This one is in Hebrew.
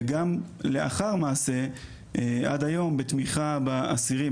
וגם לאחר מעשה עד היום בתמיכה באסירים,